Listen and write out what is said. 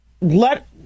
let